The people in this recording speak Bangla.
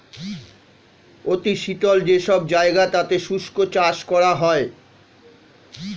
অতি শীতল যে সব জায়গা তাতে শুষ্ক চাষ করা হয়